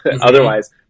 otherwise